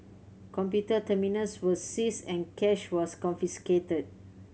computer terminals were seized and cash was confiscated